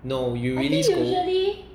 no you really scold